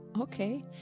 Okay